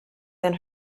than